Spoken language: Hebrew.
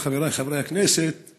חבריי חברי הכנסת,